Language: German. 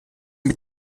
mit